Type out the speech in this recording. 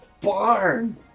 barn